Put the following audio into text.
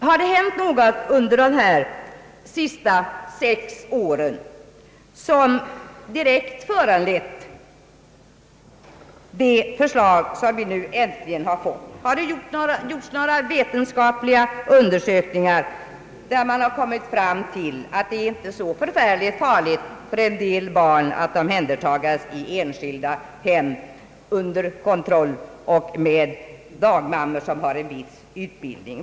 Har det hänt något under de senaste sex åren, som direkt föranlett det förslag som vi nu äntligen har fått. Har det gjorts några vetenskapliga under? sökningar, där man har kommit fram till att det inte är så förfärligt farligt för en del barn att omhändertas i enskilda hem under kontroll och med dagmammor som har en viss utbildning?